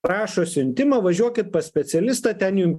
prašo siuntimo važiuokit pas specialistą ten jum